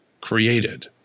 created